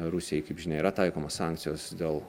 rusijai kaip žinia yra taikomos sankcijos dėl